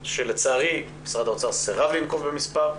שלצערי משרד האוצר סרב לנקוב במספר,